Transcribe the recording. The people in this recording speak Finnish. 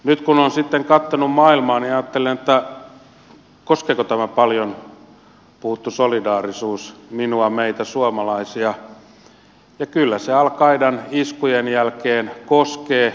nyt kun olen sitten katsonut maailmaa niin ajattelen koskeeko tämä paljon puhuttu solidaarisuus minua meitä suomalaisia ja kyllä se al qaidan iskujen jälkeen koskee